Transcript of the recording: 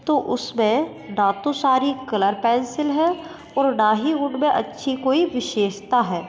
तो उसमें ना तो सारी कलर पेंसिल हैं और ना ही उनमें अच्छी कोई विशेषता है